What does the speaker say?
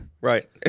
Right